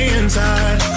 inside